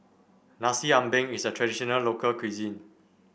Nasi Ambeng is a traditional local cuisine